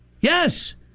Yes